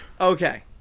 okay